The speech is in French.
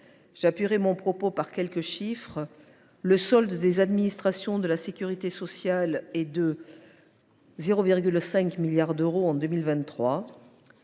J’appuierai mon propos par quelques chiffres. Le solde des administrations de la sécurité sociale est de +0,5 milliard d’euros en 2023.